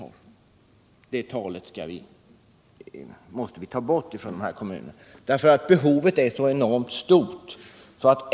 Ett sådant tal kan inte användas när det gäller dessa kommuner, eftersom behovet är så enormt stort.